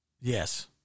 Yes